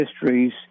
histories